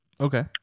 Okay